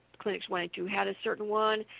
clinics one and two had a certain one,